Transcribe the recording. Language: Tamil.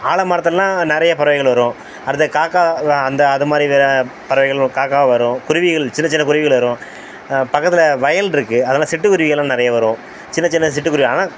ஆலமரத்திலலாம் நிறைய பறவைகள் வரும் அடுத்தது காக்காலாம் அந்த அதுமாதிரி வேறயான பறவைகளும் காக்காவும் வரும் குருவிகள் சின்னச் சின்ன குருவிகள் வரும் பக்கத்தில் வயல் இருக்குது அதனால் சிட்டுக்குருவிகளும் நிறைய வரும் சின்னச் சின்ன சிட்டுக்குருவி ஆனால்